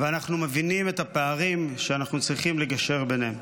ואנחנו מבינים את הפערים שאנחנו צריכים לגשר עליהם.